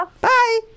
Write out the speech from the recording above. Bye